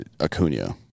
Acuna